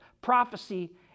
prophecy